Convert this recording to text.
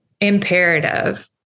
imperative